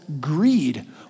greed